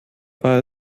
war